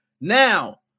Now